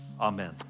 Amen